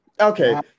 Okay